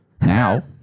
Now